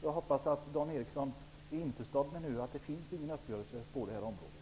Jag hoppas att Dan Eriksson nu är införstådd med att det inte finns någon uppgörelse på det här området.